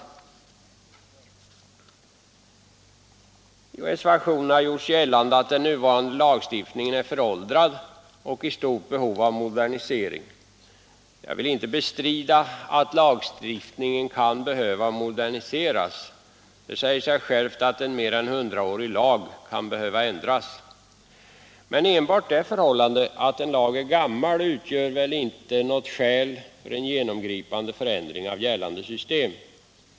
I reservationen har gjorts gällande att nuvarande lagstiftning är föråldrad och i stort behov av modernisering. Jag vill inte bestrida att lagstiftningen kan behöva moderniseras. Det säger sig självt att en mer än hundraårig lag kan behöva ändras. Men enbart det förhållandet att lagen är gammal utgör väl inte något skäl för en genomgripande förändring av gällande system?